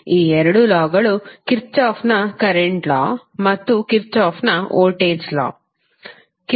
ಈ ಎರಡು ಲಾಗಳು ಕಿರ್ಚಾಫ್ನ ಕರೆಂಟ್ ಲಾKirchhoff's current law ಮತ್ತು ಕಿರ್ಚಾಫ್ನ voltage law Kirchhoff's voltage law